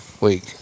Week